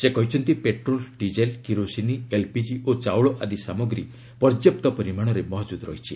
ସେ କହିଛନ୍ତି petrol diesel କିରୋସିନି ଏଲ୍ପିଜି ଓ ଚାଉଳ ଆଦି ସାମଗ୍ରୀ ପର୍ଯ୍ୟାପ୍ତ ପରିମାଣରେ ମହଳୁଦ ରହିଛି